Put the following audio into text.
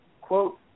quote